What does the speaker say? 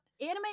Anime